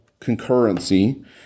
concurrency